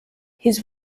his